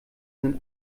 sind